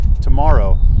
tomorrow